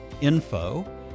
info